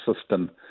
system